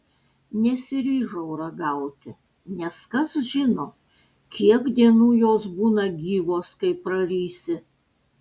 nesiryžau ragauti nes kas žino kiek dienų jos būna gyvos kai prarysi